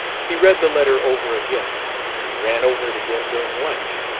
he read the letter over again and he ran over it again during lunch.